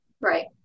Right